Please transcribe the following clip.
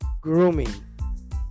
grooming